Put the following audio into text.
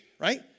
right